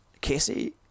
Casey